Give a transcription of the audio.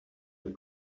the